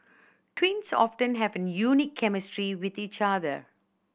twins often have a unique chemistry with each other